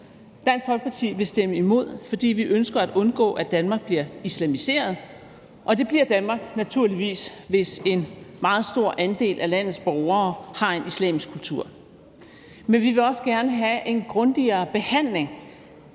Dansk Folkeparti vil stemme imod, fordi vi ønsker at undgå, at Danmark bliver islamiseret, og det bliver Danmark naturligvis, hvis en meget stor andel af landets borgere har en islamisk kultur. Men vi vil også gerne have en grundigere behandling